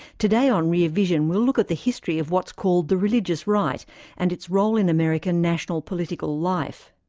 today on rear vision we'll look at the history of what's called the religious right and its role in american national political life.